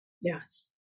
Yes